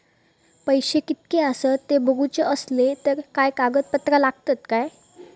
पैशे कीतके आसत ते बघुचे असले तर काय कागद पत्रा लागतात काय?